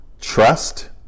trust